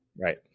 Right